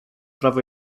prawo